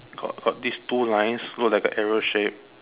got got these two lines look like an arrow shape